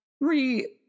re